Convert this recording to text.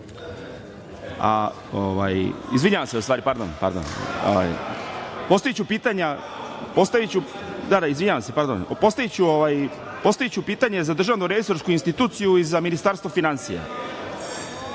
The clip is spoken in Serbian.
izvinjavam se, pardon, postaviću pitanje za Državnu resorsku instituciju i za Ministarstvo finansija.